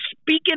speaking